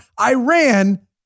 Iran